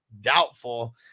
doubtful